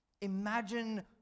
Imagine